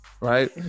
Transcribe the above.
Right